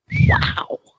Wow